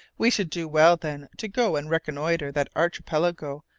we should do well, then, to go and reconnoitre that archipelago,